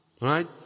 Right